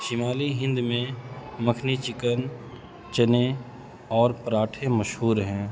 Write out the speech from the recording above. شمالی ہند میں مکھنی چکن چنے اور پراٹھے مشہور ہیں